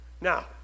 now